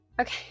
okay